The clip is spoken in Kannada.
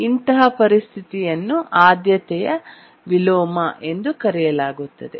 ಇಂತಹ ಪರಿಸ್ಥಿತಿಯನ್ನು ಆದ್ಯತೆಯ ವಿಲೋಮ ಎಂದು ಕರೆಯಲಾಗುತ್ತದೆ